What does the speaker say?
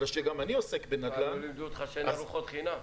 בגלל שגם אני עוסק בנדל"ן --- לא לימדו אותך שאין ארוחות חינם?